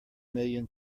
million